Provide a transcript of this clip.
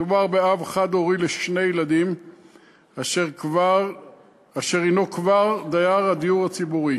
מדובר באב חד-הורי לשני ילדים אשר הנו כבר דייר הדיור הציבורי